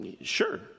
sure